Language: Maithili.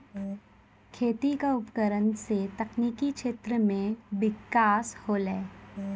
खेती क उपकरण सें तकनीकी क्षेत्र में बिकास होलय